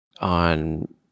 on